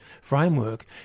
framework